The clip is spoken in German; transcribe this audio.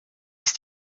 ist